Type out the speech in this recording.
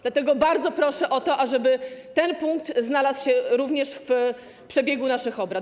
Dlatego bardzo proszę o to, ażeby ten punkt znalazł się również w porządku naszych obrad.